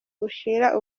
bushira